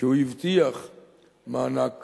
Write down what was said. שהוא הבטיח מענק